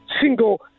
single